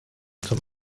zum